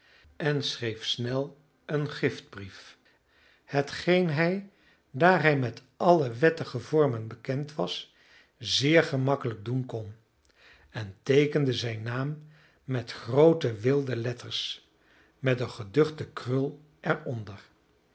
en schreef snel een giftbrief hetgeen hij daar hij met alle wettige vormen bekend was zeer gemakkelijk doen kon en teekende zijn naam met groote wilde letters met een geduchte krul